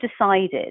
decided